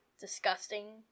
disgusting